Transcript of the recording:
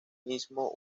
mismo